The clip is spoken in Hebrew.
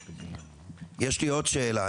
יש לי עוד שאלה.